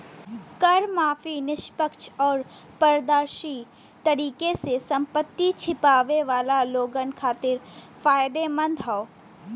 कर माफी निष्पक्ष आउर पारदर्शी तरीके से संपत्ति छिपावे वाला लोगन खातिर फायदेमंद हौ